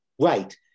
Right